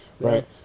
right